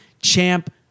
champ